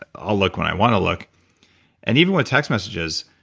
ah i'll look when i want to look and even with text messages,